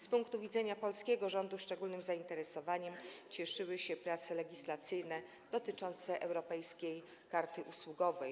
Z punktu widzenia polskiego rządu szczególnym zainteresowaniem cieszyły się prace legislacyjne dotyczące europejskiej karty usługowej.